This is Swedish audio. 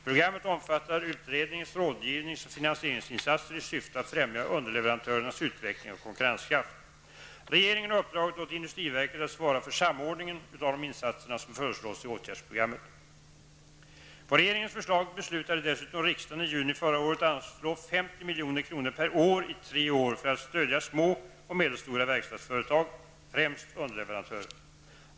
Programmet omfattar utrednings-, rådgivnings och finansieringsinsatser i syfte att främja underleverantörernas utveckling och konkurrenskraft. Regeringen har uppdragit åt industriverket att svara för samordningen av de insatser som föreslås i åtgärdsprogrammet. På regeringens förslag beslutade dessutom riksdagen i juni förra året att anslå 50 milj.kr. per år i tre år för att stödja små och medelstora verkstadsföretag, främst underleverantörer.